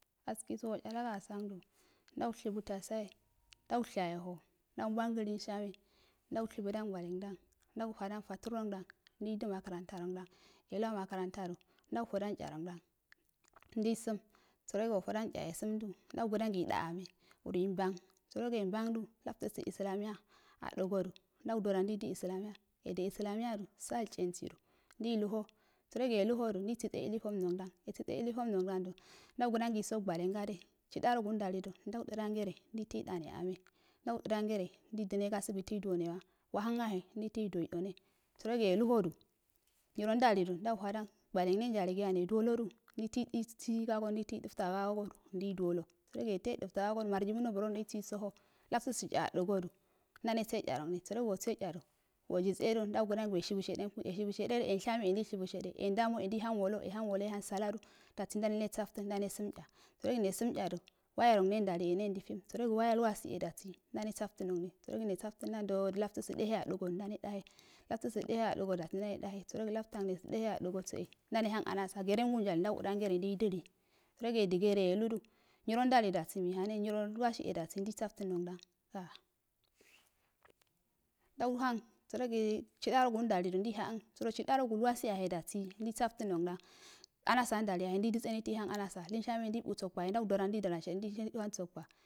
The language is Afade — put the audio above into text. Askisu ochalago ahnssanddo ndawshabu tasaye ndaw shaye howw ndawbbangu leshame ndawshubudan gwanenggah ndawuhadah patwogudan ndidu magrantanguilan eluwa makarahta dow ndawfodau sha roguddan ndissum gade ofadan sha essunddo ndawugudan gilda ameh usi inbban jiroji embbanddo lattusu isalmiya idi islamiya do saa chensido ndilu httoh siro gi eluho ndisise ilufom nogudan esise ilufom nogudan ddo ndawugudangi iso gwannengade chidasogu ndaludu ndawuju dangere ndi du gasibbir ndiduwore hwa wahun yayih nditehye ituwo ido ne sirogu eluhodo niro nduwalado ndawuhadan ngwangineya neduwodo ndi si ejulgol go ndilduw ddo jirogi eftugol gi marjibo moburo ndiso ho yafusi sha adugodo ndene sse sha roguneh suro ose chajo wojise jo ndawu gudai gi washibu shade weshibu shajejo enshameye ndishibu shaje enjamoyeech ndihan wolo ehan woleyi ahun salado dasi ndere safttun ndene sum sh suro nessum sha jo wayarogure ndalu eh ndenendu fillu surogi waya nowasi eh dasi nde nesafttun nogune surogi nesafttun nandogi jaftusu dehey adugo jo ndere jahey aduguttse ndene hu anaga gerengu ndelu ndawujudan gore ndidulu sirogi edugese eludo niro nduwaiu dasi mihun niro nuwasi eeh dasi ndisafttum nogan ahh ndawahann jirogi chidarogu nduwaludo ndihhan jirogi chidaragu ilwatsi yayeh dasi ndisafttum nogudan anasa ndalu yayeh ndidise nditeha uur anasa leshame ndibussoye ndawjojalu ndidai sabuwa.